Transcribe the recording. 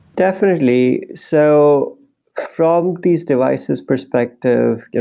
definitely. so from these devices perspective,